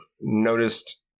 noticed